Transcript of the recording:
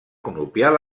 conopial